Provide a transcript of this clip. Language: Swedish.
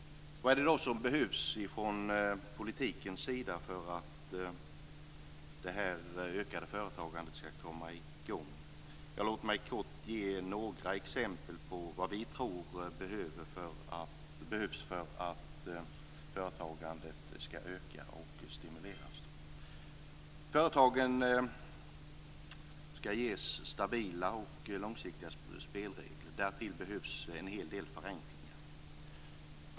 Vad är det då som behövs från politisk sida för att detta ökade företagande skall komma i gång? Låt mig ge några exempel på vad vi tror behövs för att företagandet skall öka och stimuleras. Företagen skall ges stabila och långsiktiga spelregler. Därtill behövs en hel del förenklingar.